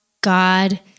God